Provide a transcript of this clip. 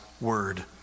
word